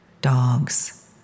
dogs